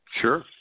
Sure